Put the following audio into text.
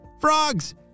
Frogs